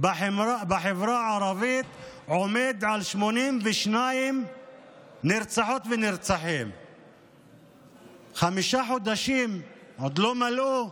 בחברה הערבית עומד על 82. חמישה חודשים עוד לא עברו,